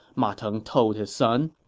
ma teng told his son.